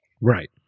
Right